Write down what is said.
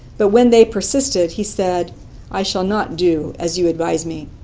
but when they persisted, he said i shall not do as you advise me.